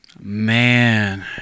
Man